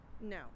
No